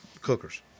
cookers